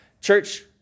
Church